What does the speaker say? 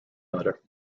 matter